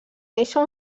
néixer